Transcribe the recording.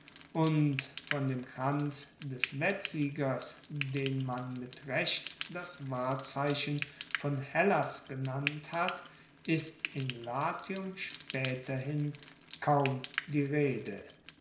und von dem kranz des wettsiegers den man mit recht das wahrzeichen von hellas genannt hat ist in latium spaeterhin kaum die rede